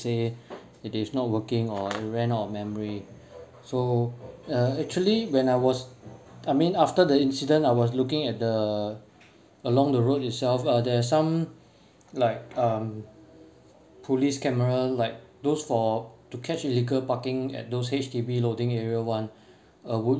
say it is not working or it ran out of memory so uh actually when I was I mean after the incident I was looking at the along the road itself uh there's some like um police camera like those for to catch illegal parking at those H_D_B loading area [one] uh would